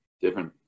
different